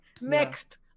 next